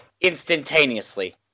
instantaneously